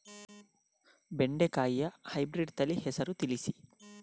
ಬೆಂಡೆಕಾಯಿಯ ಹೈಬ್ರಿಡ್ ತಳಿ ಹೆಸರು ತಿಳಿಸಿ?